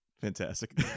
Fantastic